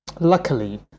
Luckily